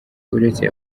uretse